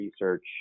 research